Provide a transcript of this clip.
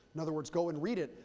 in other words go and read it,